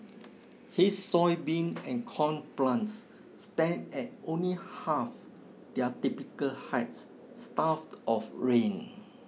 his soybean and corn plants stand at only half their typical height starved of rain